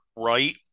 right